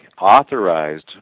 authorized